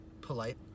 polite